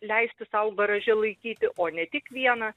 leisti sau garaže laikyti o ne tik vieną